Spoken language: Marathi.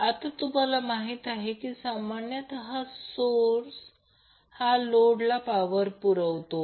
आता तुम्हाला माहिती आहे की सामान्यतः सोर्स हा लोडला पॉवर पुरवतो